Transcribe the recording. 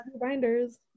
Binders